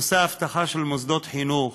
נושא האבטחה של מוסדות חינוך,